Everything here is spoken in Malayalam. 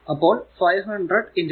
അപ്പോൾ 500 2